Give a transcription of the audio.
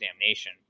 damnation